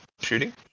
shooting